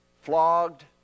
Flogged